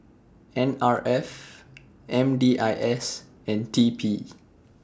N R F M D I S and T P